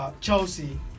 Chelsea